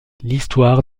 l’histoire